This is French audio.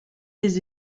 des